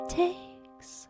takes